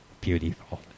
beautiful